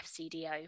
FCDO